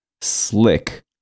slick